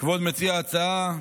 כבוד מציע ההצעה,